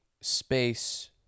space